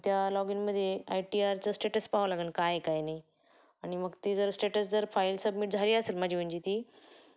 त्या लॉग इनमध्ये I T आरचं स्टेटस पाहावं लागेन काय आहे काय नाही आणि मग ते जर स्टेटस जर फाईल सबमिट झाली असेल माझी म्हणजे ती